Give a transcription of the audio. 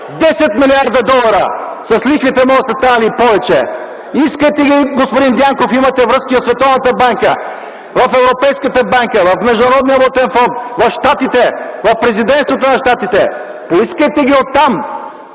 милиарда долара, с лихвите може да са станали и повече. Искайте ги, господин Дянков! Имате връзки в Световната банка, в Европейската банка, в Международния валутен фонд, в Щатите, в Президентството на Щатите! Поискайте ги оттам!